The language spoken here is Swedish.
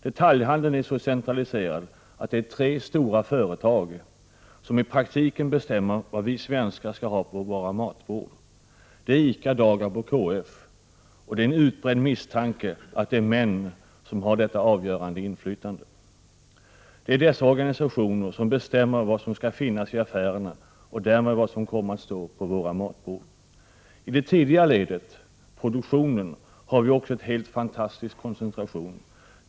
Detaljhandeln är så centraliserad att det är tre stora företag som i praktiken bestämmer vad vi svenskar skall ha på våra matbord. Det är ICA, Dagab och KF, och det är en utbredd misstanke att det är män som har detta avgörande inflytande. Det är dessa organisationer som bestämmer vad som skall finnas i affärerna och därmed vad som kommer att stå på våra matbord. I det tidigare ledet — produktionen — har vi också en helt fantastisk koncentration.